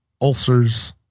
ulcers